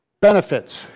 benefits